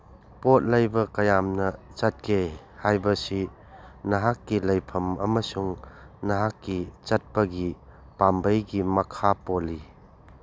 ꯄꯣꯠ ꯂꯩꯕ ꯀꯌꯥꯝꯅ ꯆꯠꯀꯦ ꯍꯥꯏꯕꯁꯤ ꯅꯍꯥꯛꯀꯤ ꯂꯩꯐꯝ ꯑꯃꯁꯨ ꯅꯍꯥꯛꯀꯤ ꯆꯠꯄꯒꯤ ꯄꯥꯝꯕꯩꯒꯤ ꯃꯈꯥ ꯄꯣꯜꯂꯤ